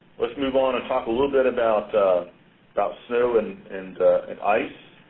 let's move on and talk a little bit about about snow and and and ice.